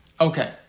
Okay